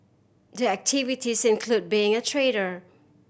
the activities include being a trader